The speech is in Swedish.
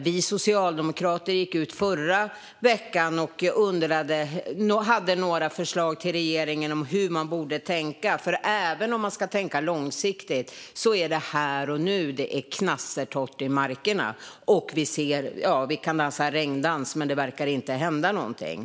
Vi socialdemokrater gick i förra veckan ut med några förslag till regeringen om hur man borde tänka, för även om man ska tänka långsiktigt är det knastertorrt i markerna här och nu. Vi kan ju dansa en regndans, men det verkar inte hända någonting.